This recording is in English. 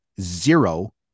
Zero